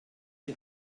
die